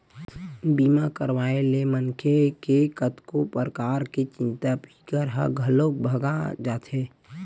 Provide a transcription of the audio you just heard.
बीमा करवाए ले मनखे के कतको परकार के चिंता फिकर ह घलोक भगा जाथे